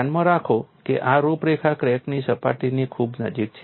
ધ્યાનમાં રાખો કે આ રૂપરેખા ક્રેકની સપાટીની ખૂબ નજીક છે